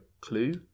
Clue